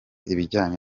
ibijyanye